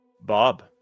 Bob